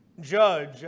judge